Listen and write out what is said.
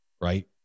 right